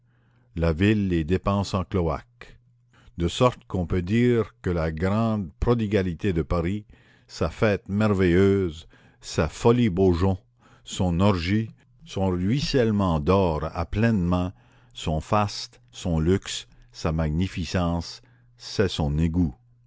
la ville les dépense en cloaques de sorte qu'on peut dire que la grande prodigalité de paris sa fête merveilleuse sa folie beaujon son orgie son ruissellement d'or à pleines mains son faste son luxe sa magnificence c'est son égout